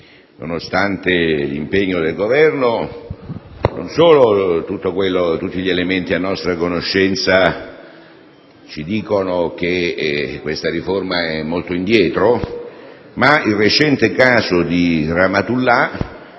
nonostante l'impegno del Governo, non solo tutti gli elementi a nostra conoscenza ci dicono che questa riforma è molto indietro, ma il recente caso di Rahmatullah